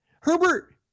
Herbert